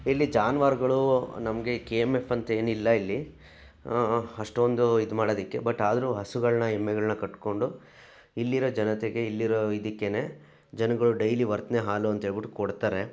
ಇಲ್ಲಿ ಜಾನುವಾರುಗಳು ನಮಗೆ ಕೆ ಎಮ್ ಎಫ್ ಅಂತೇನಿಲ್ಲ ಇಲ್ಲಿ ಅಷ್ಟೊಂದು ಇದು ಮಾಡೋದಿಕ್ಕೆ ಬಟ್ ಆದರೂ ಹಸುಗಳನ್ನು ಎಮ್ಮೆಗಳನ್ನ ಕಟ್ಕೊಂಡು ಇಲ್ಲಿನ ಜನತೆಗೆ ಇಲ್ಲಿರೋ ಇದಕ್ಕೆ ಜನಗಳು ಡೈಲಿ ವರ್ತನೆ ಹಾಲು ಅಂತ ಹೇಳ್ಬಿಟ್ಟು ಕೊಡ್ತಾರೆ